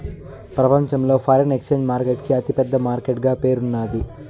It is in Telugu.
ప్రపంచంలో ఫారిన్ ఎక్సేంజ్ మార్కెట్ కి అతి పెద్ద మార్కెట్ గా పేరున్నాది